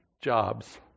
jobs